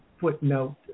footnote